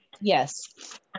Yes